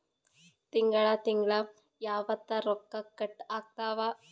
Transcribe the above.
ತಿಂಗಳ ತಿಂಗ್ಳ ಯಾವತ್ತ ರೊಕ್ಕ ಕಟ್ ಆಗ್ತಾವ?